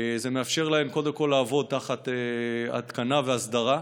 זה מאפשר להן קודם כול לעבוד תחת התקנה והסדרה,